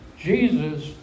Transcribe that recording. Jesus